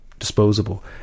disposable